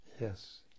Yes